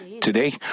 Today